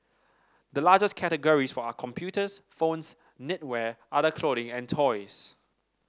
the largest categories for are computers phones knitwear other clothing and toys